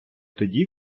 тоді